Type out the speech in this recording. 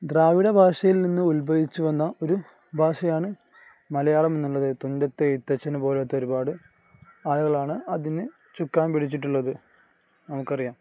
ദ്രാവിഡ ഭാഷയിൽ നിന്ന് ഉത്ഭവിച്ചു വന്ന ഒരു ഭാഷയാണു മലയാളം എന്നുള്ളത് തുഞ്ചത്തെഴുത്തച്ഛനെ പോലത്തെ ഒരുപാട് ആളുകളാണ് അതിനു ചുക്കാൻ പിടിച്ചിട്ടുള്ളത് നമുക്കറിയാം